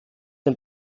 den